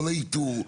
לא לאיתור,